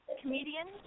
comedian